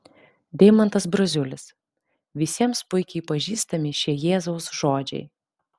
deimantas braziulis visiems puikiai pažįstami šie jėzaus žodžiai